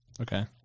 Okay